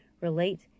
relate